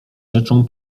rzeczą